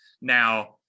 Now